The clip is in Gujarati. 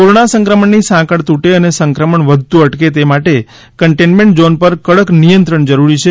કોરોના સંક્રમણની સાંકળ તૂટે અને સંક્રમણ વધતુ અટકે તે માટે કન્ટેન્ટમેન્ટ ઝોન પર કડક નિયંત્રણ જરૂરી છે